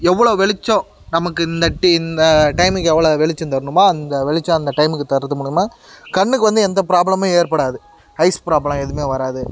எவ்வளோ வெளிச்சம் நமக்கு இந்த டி இந்த டைமுக்கு எவ்வளோ வெளிச்சம் தரணுமோ அந்த வெளிச்சம் அந்த டைமுக்கு தரது மூலமாக கண்ணுக்கு வந்து எந்த ப்ராபளமும் ஏற்படாது ஐஸ் ப்ராபளம் எதுவுமே வராது